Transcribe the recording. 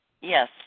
Yes